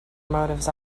motives